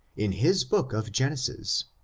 in his book of genesis,